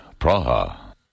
Praha